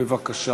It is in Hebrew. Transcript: בבקשה.